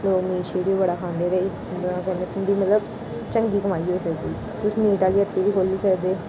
लोक मीट सीट बी बड़ा खंदे ते इस कन्नै तुं'दी मतलब चंगी कमाई होई सकदी तुस मीट आह्ली हट्टी बी खोह्ली सकदे